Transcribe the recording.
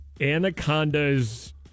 Anacondas